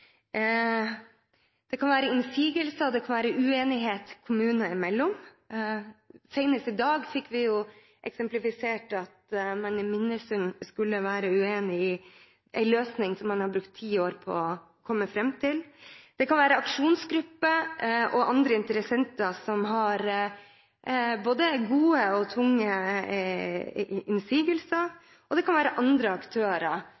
Det kan være innsigelser, det kan være uenighet kommunene imellom, og senest i dag fikk vi eksemplifisert at man i Minnesund er uenig i en løsning som man har brukt ti år på å komme fram til. Det kan være aksjonsgrupper og andre interessenter som har både gode og tunge innsigelser, og det kan være andre aktører